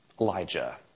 Elijah